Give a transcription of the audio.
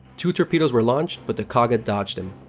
two torpedoes were launched but the kaga dodged them.